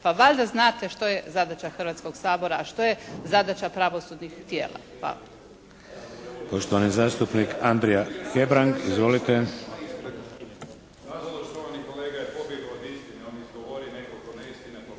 Pa valjda znate što je zadaća Hrvatskog sabora, a što je zadaća pravosudnih tijela.